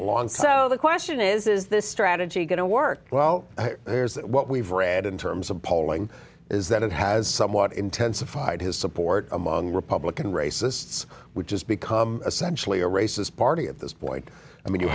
one long so the question is is this strategy going to work well here's what we've read in terms of polling is that it has somewhat intensified his support among republican racists which has become essentially a racist party at this point i mean you